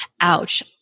Ouch